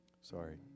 Sorry